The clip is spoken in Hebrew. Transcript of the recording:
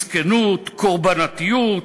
מסכנות, קורבניות.